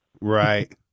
Right